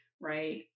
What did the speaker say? right